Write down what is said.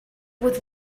was